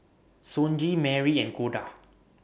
Sonji Merrie and Koda